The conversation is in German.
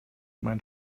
mein